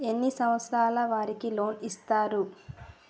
ఎన్ని సంవత్సరాల వారికి లోన్ ఇస్తరు?